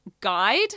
guide